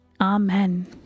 Amen